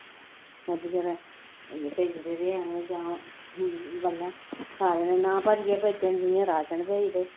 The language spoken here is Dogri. मोदी होर भेजदे ते हैन जां सारें दे नांऽ भरियै भेजन जि'यां राशन भेजदे